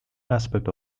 aspect